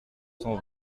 cent